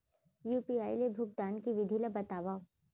UPI ले भुगतान के विधि ला बतावव